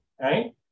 right